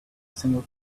single